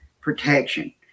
protection